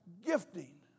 gifting